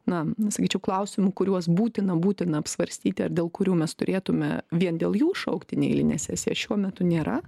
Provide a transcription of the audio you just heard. na sakyčiau klausimų kuriuos būtina būtina apsvarstyti ar dėl kurių mes turėtume vien dėl jų šaukti neeilinę sesiją šiuo metu nėra